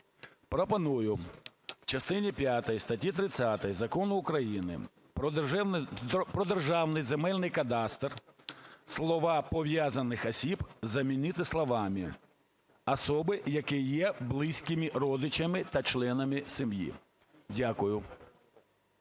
Пропоную в частині п’ятій статті 30 Закону України "Про Державний земельний кадастр" слова "пов’язаних осіб" замінити словами "особи, які є близькими родичами та членами сім'ї". Дякую.